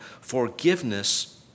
forgiveness